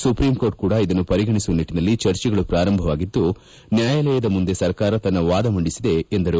supreme court ಕೂಡ ಇದನ್ನು ಪರಿಗಣಿಸುವ ನಿಟ್ಟಿನಲ್ಲಿ ಚರ್ಚಿಗಳು ಪ್ರಾರಂಭವಾಗಿದ್ದು ನ್ಕಾಯಾಲಯದ ಮುಂದೆ ಸರ್ಕಾರ ತನ್ನ ವಾದ ಮಂಡಿಸಿದೆ ಎಂದರು